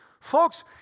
Folks